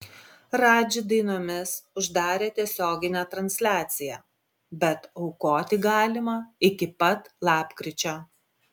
radži dainomis uždarė tiesioginę transliaciją bet aukoti galima iki pat lapkričio